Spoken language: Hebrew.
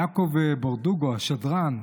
יעקב ברדוגו, השדרן,